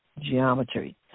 geometry